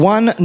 One